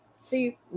See